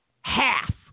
half